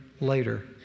later